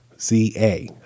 Z-A